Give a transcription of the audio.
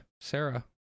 Sarah